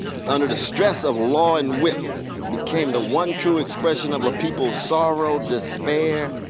it's under the stress of law and whip it became the one true expression of the people's sorrow, despair,